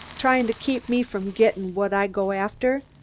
tryin' to keep me from gettin' what i go after.